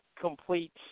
complete